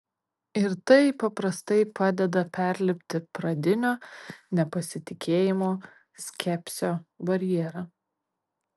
ir tai paprastai padeda perlipti pradinio nepasitikėjimo skepsio barjerą